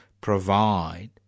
provide